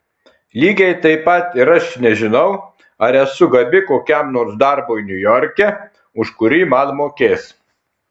lygiai taip pat ir aš nežinau ar esu gabi kokiam nors darbui niujorke už kurį man mokės